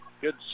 good